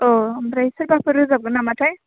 ओमफ्राय सोरबाफोर रोजाबगोन नामाथाय